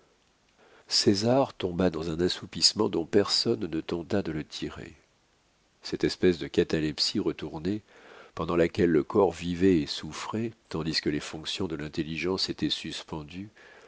mois césar tomba dans un assoupissement dont personne ne tenta de le tirer cette espèce de catalepsie retournée pendant laquelle le corps vivait et souffrait tandis que les fonctions de l'intelligence étaient suspendues